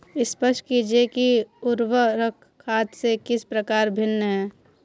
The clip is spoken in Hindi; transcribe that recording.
स्पष्ट कीजिए कि उर्वरक खाद से किस प्रकार भिन्न है?